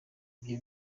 ibyo